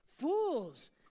Fools